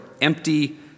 empty